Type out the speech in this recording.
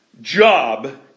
job